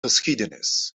geschiedenis